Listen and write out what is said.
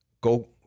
go